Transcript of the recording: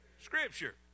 Scripture